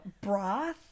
Broth